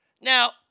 Now